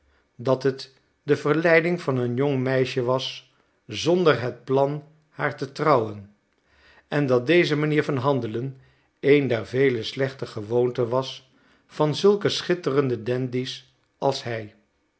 dat het de verleiding van een jong meisje was zonder het plan haar te huwen en dat deze manier van handelen een der vele slechte gewoonten was van zulke schitterende dandies als hij